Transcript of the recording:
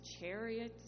chariots